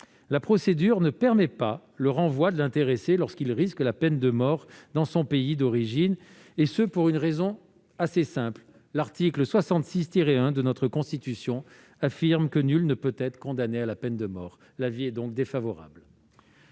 la procédure ne permet pas le renvoi de l'intéressé lorsqu'il risque la peine de mort dans son pays d'origine, et ce pour une raison assez simple : l'article 66-1 de la Constitution affirme que « nul ne peut être condamné à la peine de mort ». L'avis est donc défavorable.